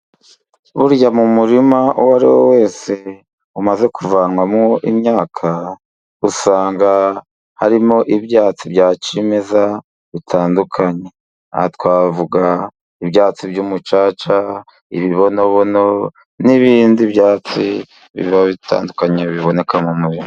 Burya mu murima uwo ari wo wose umaze kuvanwamo imyaka, usanga harimo ibyatsi bya cyimeza bitandukanye. Twavuga ibyatsi by'umucaca n'ibindi byatsi biba bitandukanye biboneka mu murima.